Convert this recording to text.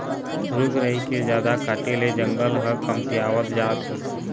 रूख राई के जादा काटे ले जंगल ह कमतियावत जात हे